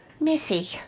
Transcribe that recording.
Missy